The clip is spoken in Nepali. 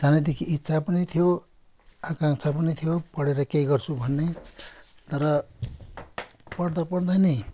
सानैदेखि इच्छा पनि थियो आकाङ्क्षा पनि थियो पढेर केही गर्छु भन्ने तर पढ्दापढ्दै नै